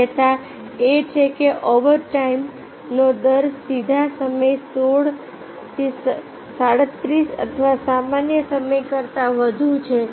શક્યતા એ છે કે ઓવરટાઇમનો દર સીધા સમય 16 37 અથવા સામાન્ય સમય કરતાં વધુ છે